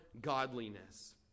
godliness